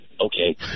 Okay